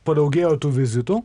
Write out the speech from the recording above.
padaugėjo tų vizitų